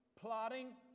plotting